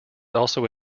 also